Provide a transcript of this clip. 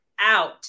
out